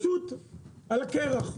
על הקרח.